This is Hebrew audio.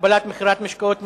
הגבלת מכירת משקאות משכרים),